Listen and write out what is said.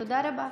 תודה רבה.